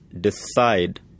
decide